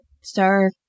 sir